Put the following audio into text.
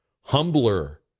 humbler